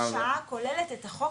הוראת השעה כוללת את החוק